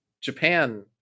Japan